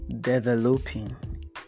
developing